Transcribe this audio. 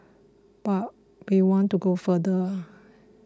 but we want to go further